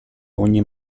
ogni